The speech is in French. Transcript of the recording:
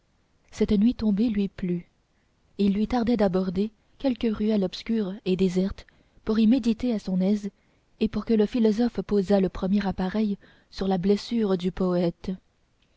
cette nuit tombée lui plut il lui tardait d'aborder quelque ruelle obscure et déserte pour y méditer à son aise et pour que le philosophe posât le premier appareil sur la blessure du poète